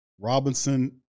Robinson